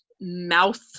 mouth